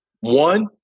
One